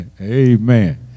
Amen